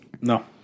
No